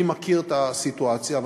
אני מכיר את הסיטואציה,